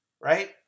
right